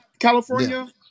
California